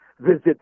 visit